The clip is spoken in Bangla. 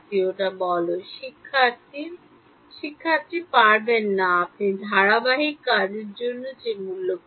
ওটা বল হ্যাঁ পারবেন না আপনি ধারাবাহিক কাজের জন্য যে মূল্য পান